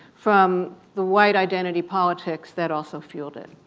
from the white identity politics that also fueled it.